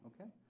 okay